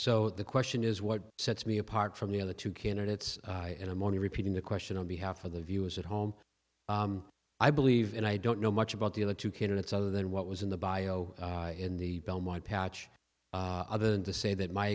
so the question is what sets me apart from the other two candidates and i'm only repeating the question on behalf of the viewers at home i believe and i don't know much about the other two candidates other than what was in the bio in the belmont patch other than to say that my